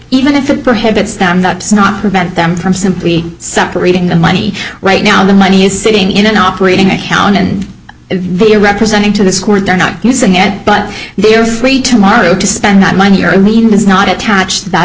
even if it prohibits them that does not prevent them from simply separating the money right now the money is sitting in an operating account and they are representing to this court they're not using it but they're free tomorrow to spend that money or even does not attach